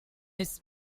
its